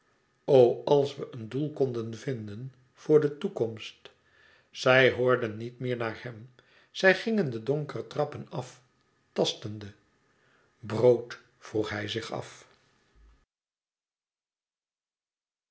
als we een doel konden vinden voor de oekomst e ids aargang ij hoorden niet meer naar hem zij gingen de donkere trappen af tastende brood vroeg hij zich af